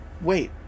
Wait